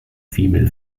female